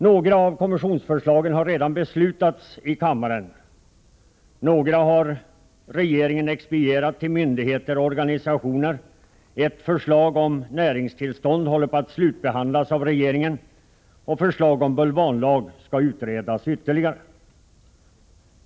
Några av kommissionsförslagen har redan behandlats här i kammaren, andra har regeringen expedierat till myndigheter och organisationer, och ett förslag — förslaget om näringstillstånd — håller på att slutbehandlas av regeringen. Förslaget om bulvanlag skall utredas ytterligare.